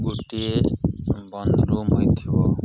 ଗୋଟିଏ ବନ୍ଦ ରୁମ୍ ହୋଇଥିବ